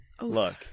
Look